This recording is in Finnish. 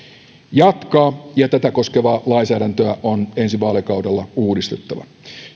jatkaa ja tätä koskevaa lainsäädäntöä on ensi vaalikaudella uudistettava